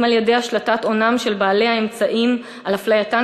אם על-ידי השלטת הונם של בעלי האמצעים על אפלייתן